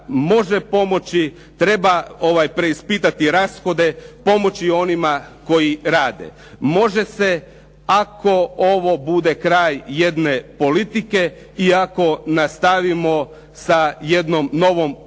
može pomoći, treba preispitati rashode, pomoći onima koji rade. Može se, ako ovo bude kraj jedne politike i ako nastavimo sa jednom novom politikom.